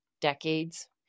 decades